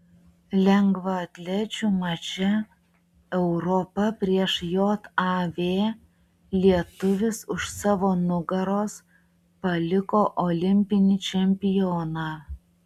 lengvaatlečių mače europa prieš jav lietuvis už savo nugaros paliko olimpinį čempioną